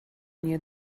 near